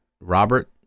Robert